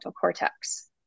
cortex